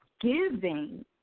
giving